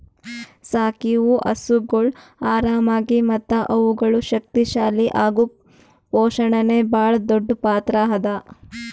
ಸಾಕಿವು ಹಸುಗೊಳ್ ಆರಾಮಾಗಿ ಮತ್ತ ಅವುಗಳು ಶಕ್ತಿ ಶಾಲಿ ಅಗುಕ್ ಪೋಷಣೆನೇ ಭಾಳ್ ದೊಡ್ಡ್ ಪಾತ್ರ ಅದಾ